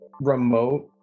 remote